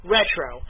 Retro